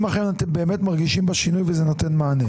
אכן אתם באמת מרגישים בשינוי וזה נותן מענה.